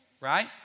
Right